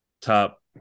top